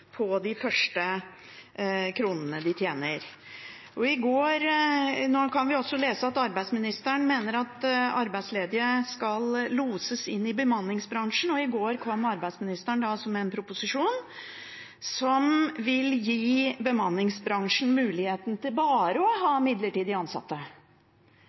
på de første kronene de tjener. Nå kan vi også lese at arbeidsministeren mener at arbeidsledige skal loses inn i bemanningsbransjen, og i går kom arbeidsministeren med en proposisjon som vil gi bemanningsbransjen muligheten til bare å ha midlertidig ansatte.